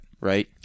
Right